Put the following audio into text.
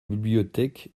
bibliothèque